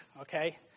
okay